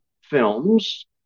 films